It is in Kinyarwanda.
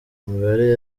imibare